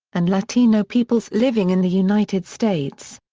and latino peoples living in the united states.